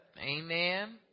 Amen